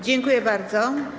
Dziękuję bardzo.